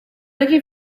looking